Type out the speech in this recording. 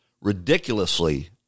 ridiculously